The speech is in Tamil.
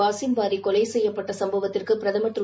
வாசிம் பாரி கொலை செய்யப்பட்ட சம்பவத்திற்கு பிரதமர் திரு